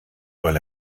weil